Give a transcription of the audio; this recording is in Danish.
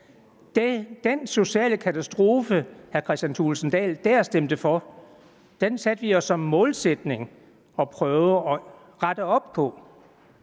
Den sociale katastrofe, som hr. Kristian Thulesen Dahl dér stemte for, satte vi os som målsætning at prøve at rette op på.